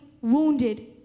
wounded